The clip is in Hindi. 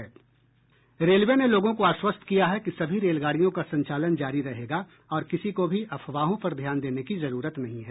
रेलवे ने लोगों को आश्वस्त किया है कि सभी रेलगाड़ियों का संचालन जारी रहेगा और किसी को भी अफवाहों पर ध्यान देने की ज़रूरत नहीं है